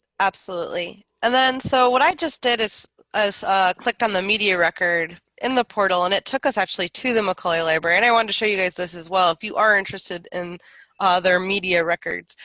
absolutely, and then so what i just did is i clicked on the media record in the portal and it took us actually to the mccauley library and i wanted to show you guys this as well. if you are interested in their media records,